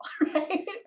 Right